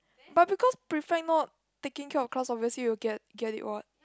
but because prefect not taking care of class obviously you will get get it what